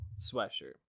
Sweatshirt